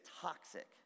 toxic